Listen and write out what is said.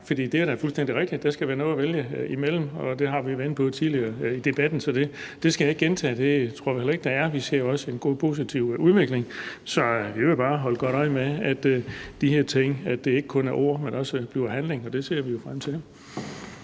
For det er fuldstændig rigtigt, at der skal være noget at vælge imellem, og det har vi været inde på tidligere i debatten, så det skal jeg ikke gentage. Og sådan tror jeg nu også det er; vi ser jo også en god, positiv udvikling. Så jeg vil bare holde godt øje med, at det er ikke kun er ord, men at der også bliver handling i forhold til de her ting.